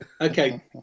Okay